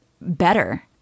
better